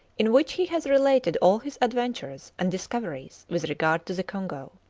in which he has related all his adventures and discoveries with regard to the congo.